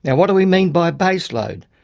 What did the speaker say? and what do we mean by base load?